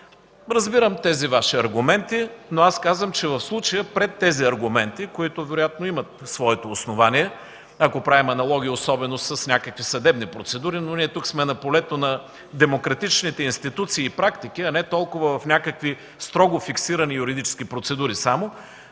Разбирам тези Ваши аргументи, но аз казвам, че в случая пред тези аргументи, които вероятно имат своето основание, ако правим аналогия особено с някакви съдебни процедури, но ние тук сме на полето на демократичните институции и практики, а не толкова в някакви строго фиксирани процедури само,